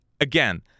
Again